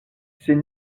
c’est